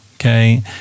Okay